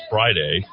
Friday